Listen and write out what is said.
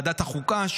בוועדת החוקה,